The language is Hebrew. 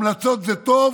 המלצות זה טוב